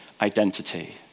identity